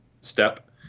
step